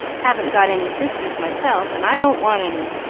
haven't got any sisters myself, and i don't want any,